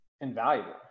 invaluable